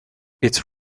its